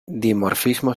dimorfismo